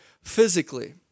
physically